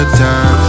time